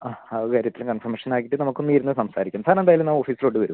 ആ ആ ഒരു കാര്യത്തിൽ കൺഫമേഷനാക്കിയിട്ട് നമുക്കൊന്ന് ഇരുന്ന് സംസാരിക്കാം സാറിനെന്തായാലും ഇന്ന് ഓഫീസിലോട്ട് വരൂ